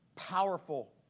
powerful